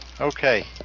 Okay